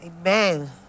Amen